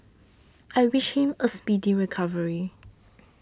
I wish him a speedy recovery